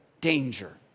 danger